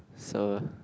so